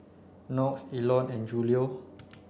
Knox Elon and Julio